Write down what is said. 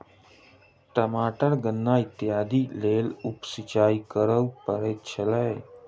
टमाटर गन्ना इत्यादिक लेल उप सिचाई करअ पड़ैत अछि